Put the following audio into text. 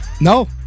No